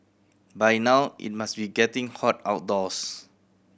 by now it must be getting hot outdoors